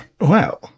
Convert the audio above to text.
wow